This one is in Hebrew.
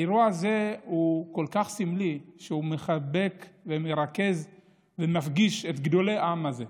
האירוע הזה הוא כל כך סמלי שהוא מחבק ומרכז ומפגיש את גדולי העם הזה,